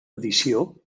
edició